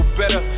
better